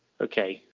okay